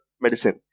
medicine